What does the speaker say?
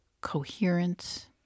coherence